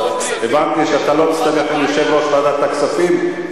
הבנתי שאתה לא מסתבך עם יושב-ראש ועדת הכספים,